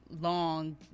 long